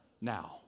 now